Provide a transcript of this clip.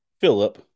philip